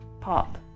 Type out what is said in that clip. pop